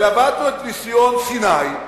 ולמדנו את ניסיון סיני.